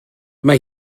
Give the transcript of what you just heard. mae